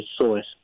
source